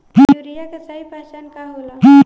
Urea के सही पहचान का होला?